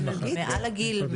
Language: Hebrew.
בתהליך בדיקה.